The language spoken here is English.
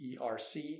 ERC